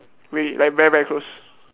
wait like very very close